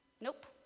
Nope